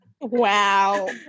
Wow